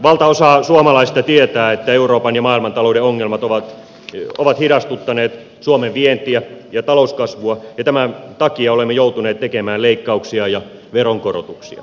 valtaosa suomalaisista tietää että euroopan ja maailmantalouden ongelmat ovat hidastuttaneet suomen vientiä ja talouskasvua ja tämän takia olemme joutuneet tekemään leikkauksia ja veronkorotuksia